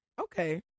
okay